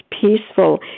peaceful